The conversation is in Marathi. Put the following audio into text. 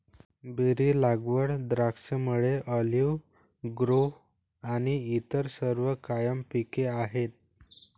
बेरी लागवड, द्राक्षमळे, ऑलिव्ह ग्रोव्ह आणि इतर सर्व कायम पिके आहेत